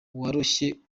woroshye